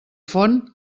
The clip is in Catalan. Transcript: font